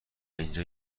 اینجا